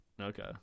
Okay